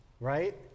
right